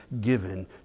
given